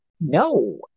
No